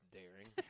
daring